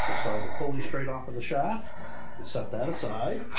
slide the pulley straight off of the shaft and set that aside.